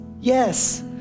Yes